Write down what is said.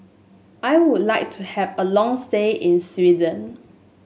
I would like to have a long stay in Sweden